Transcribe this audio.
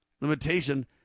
limitation